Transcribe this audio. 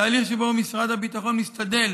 תהליך שבו משרד הביטחון משתדל